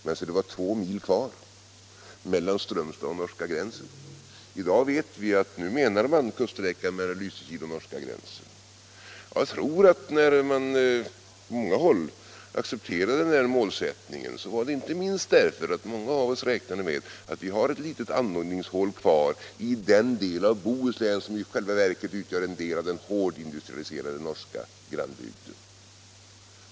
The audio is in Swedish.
Men se det var två mil kvar mellan Strömstad och norska gränsen. I dag vet vi att man avsåg kuststräckan mellan Lysekil och norska gränsen. Jag tror att man på många håll accepterade den angivna målsättningen därför att man räknade med att det fanns ett litet andningshål i den del av Bohuslän som i själva verket utgör en del av den hårt industrialiserade norska grannbygden.